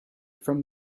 from